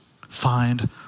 find